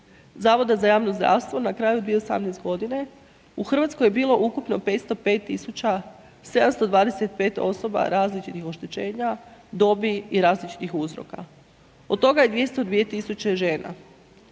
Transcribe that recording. Zavoda za javno zdravstvo na kraju 2018. g., u Hrvatskoj je bilo ukupno 505 725 osoba različitih oštećenja, dobi i različitih uzroka. Od toga je 202 000 žena.